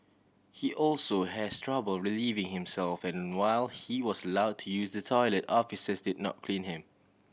he also has trouble relieving himself and while he was allow to use the toilet officers did not clean him